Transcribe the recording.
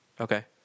Okay